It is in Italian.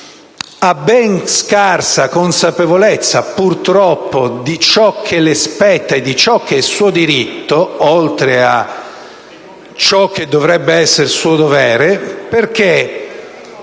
ben scarsa consapevolezza, purtroppo, di ciò che spetta loro e di ciò che è loro diritto (oltre a ciò che dovrebbe essere loro dovere) perché,